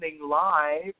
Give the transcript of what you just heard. live